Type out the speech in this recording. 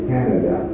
Canada